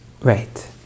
Right